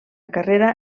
carrera